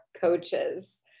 coaches